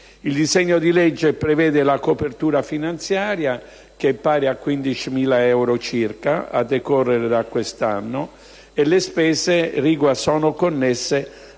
Il disegno di legge prevede una copertura finanziaria pari a 16.000 euro circa a decorrere da quest'anno e le spese sono